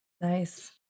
Nice